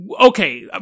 Okay